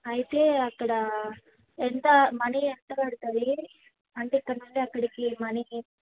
అయితే అక్కడా ఎంత మనీ ఎంత పడుతుంది అంటే ఇక్కడ నుండి అక్కడికి మనీ